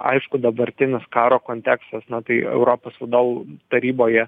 aišku dabartinis karo kontekstas na tai europos vadovų taryboje